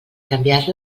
canviar